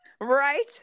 Right